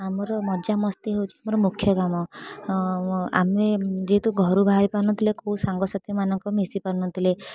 ଆମର ମଜାମସ୍ତି ହେଉଛି ଆମର ମୁଖ୍ୟ କାମ ଆମେ ଯେହେତୁ ଘରୁ ବାହାରି ପାରୁନଥିଲେ କେଉଁ ସାଙ୍ଗସାଥୀମାନଙ୍କ ମିଶି ପାରୁନଥିଲେ